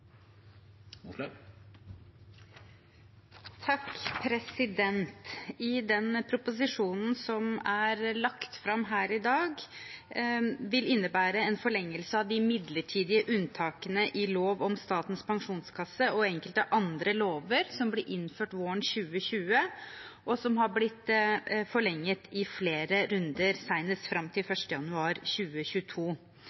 fram her i dag, vil innebære en forlengelse av de midlertidige unntakene i lov om Statens pensjonskasse og enkelte andre lover som ble innført våren 2020, og som har blitt forlenget i flere runder, senest fram til